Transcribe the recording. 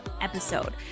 episode